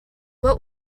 what